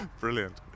Brilliant